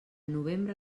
novembre